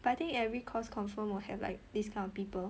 but I think every course confirm will have like this kind of people